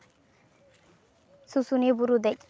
ᱥᱩᱥᱩᱱᱤᱭᱟᱹ ᱵᱩᱨᱩ ᱫᱮᱡ